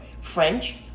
French